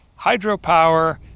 hydropower